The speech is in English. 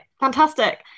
fantastic